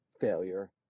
failure